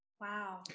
Wow